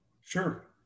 Sure